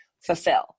fulfill